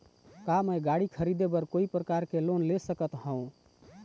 का मैं गाड़ी खरीदे बर कोई प्रकार के लोन ले सकत हावे?